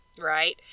right